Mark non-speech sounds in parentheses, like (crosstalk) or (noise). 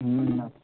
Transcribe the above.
(unintelligible)